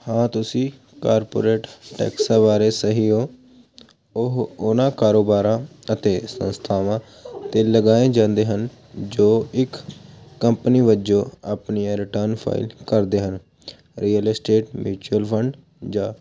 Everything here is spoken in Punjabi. ਹਾਂ ਤੁਸੀਂ ਕਾਰਪੋਰੇਟ ਟੈਕਸਾਂ ਬਾਰੇ ਸਹੀ ਹੋ ਉਹ ਉਨ੍ਹਾਂ ਕਾਰੋਬਾਰਾਂ ਅਤੇ ਸੰਸਥਾਵਾਂ 'ਤੇ ਲਗਾਏ ਜਾਂਦੇ ਹਨ ਜੋ ਇੱਕ ਕੰਪਨੀ ਵਜੋਂ ਆਪਣੀਆਂ ਰਿਟਰਨ ਫਾਈਲ ਕਰਦੇ ਹਨ ਰੀਅਲ ਅਸਟੇਟ ਮਿਊਚਲ ਫੰਡ ਜਾਂ